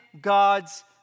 God's